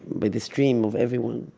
by the stream of everyone.